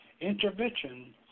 intervention